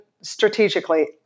strategically